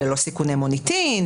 אלה לא סיכוני מוניטין,